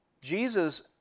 Jesus